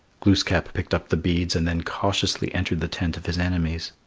glooskap picked up the beads and then cautiously entered the tent of his enemies.